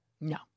No